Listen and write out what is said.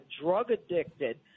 drug-addicted